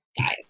guys